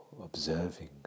observing